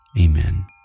Amen